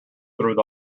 through